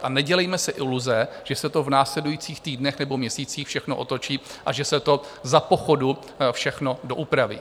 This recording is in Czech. A nedělejme si iluze, že se to v následujících týdnech nebo měsících všechno otočí a že se to za pochodu všechno doupraví.